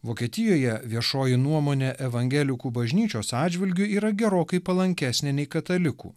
vokietijoje viešoji nuomonė evangelikų bažnyčios atžvilgiu yra gerokai palankesnė nei katalikų